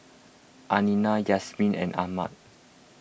Aina Yasmin and Ahmad